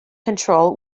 control